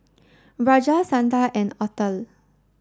Raja Santha and Atal